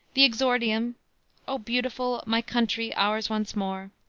the exordium o beautiful! my country! ours once more!